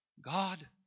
God